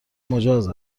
مجاز